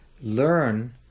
learn